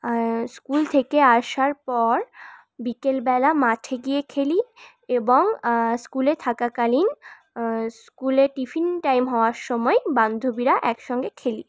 school থেকে আসার পর বিকেল বেলা মাঠে গিয়ে খেলি এবং স্কুলে থাকাকালীন স্কুলে টিফিন টাইম হওয়ার সময় বান্ধবীরা এক সঙ্গে খেলি